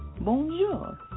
Bonjour